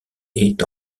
est